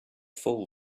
fool